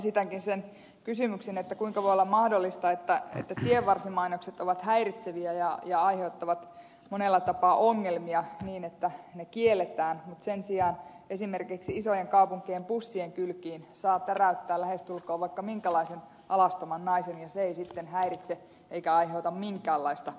esitänkin sen kysymyksen kuinka voi olla mahdollista että tienvarsimainokset ovat häiritseviä ja aiheuttavat monella tapaa ongelmia niin että ne kielletään mutta sen sijaan esimerkiksi isojen kaupunkien bussien kylkiin saa täräyttää lähestulkoon vaikka minkälaisen alastoman naisen ja se ei sitten häiritse eikä aiheuta minkäänlaista